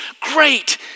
great